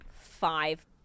five